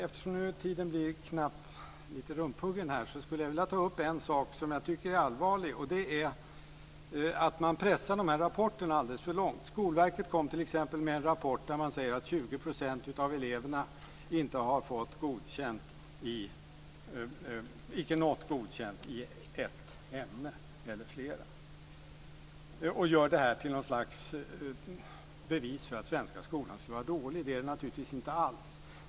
Eftersom tiden blir knapp vill jag ta upp en sak som jag tycker är allvarlig, nämligen att man pressar rapporterna alldeles för långt. Skolverket kom t.ex. med en rapport där man säger att 20 % av eleverna inte har nått godkänt i ett eller flera ämnen, och gör det till något slags bevis för att den svenska skolan skulle vara dålig. Det är den naturligtvis inte alls.